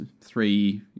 three